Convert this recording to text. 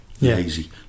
lazy